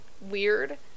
weird